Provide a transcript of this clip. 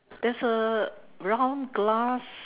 there's a round glass